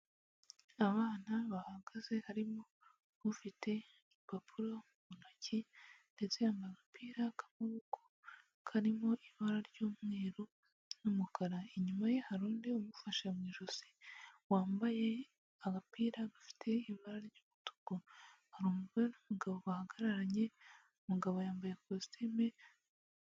Abana bahagaze harimo ufite impapuro mu ntoki ndetse yambara agapira k'amaboko karimo ibara ry'umweru n'umukara, inyuma ye hari undi umufashe mu ijosi wambaye agapira gafite ibara ry'umutuku, hari umugore n'umugabo bahagararanye umugabo yambaye kositimu.